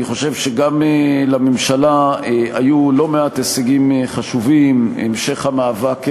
אני חושב שגם לממשלה היו לא מעט הישגים חשובים: המשך המאבק בהסתננות,